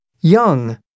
young